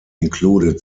included